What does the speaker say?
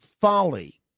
Folly